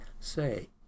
say